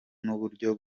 n’uburyo